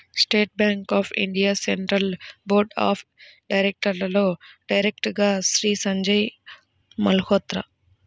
state Bank of India Central Board of డైరెక్టర్స్లో డైరెక్టర్గా శ్రీ సంజయ్ మల్హోత్రా